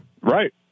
Right